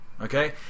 Okay